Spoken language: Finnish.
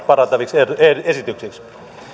parantaviksi esityksiksi